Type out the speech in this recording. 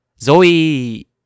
Zoe